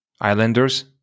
Islanders